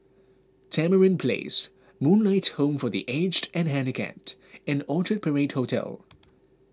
Tamarind Place Moonlight Home for the Aged and Handicapped and Orchard Parade Hotel